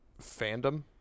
fandom